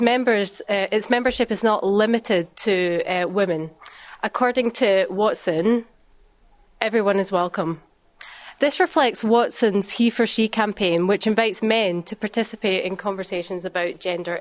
members is membership is not limited to women according to watson everyone is welcome this reflects what since he for she campaign which invades men to participate in conversations about gender